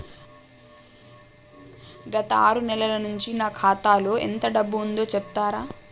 గత ఆరు నెలల నుంచి నా ఖాతా లో ఎంత డబ్బు ఉందో చెప్తరా?